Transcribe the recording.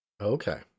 Okay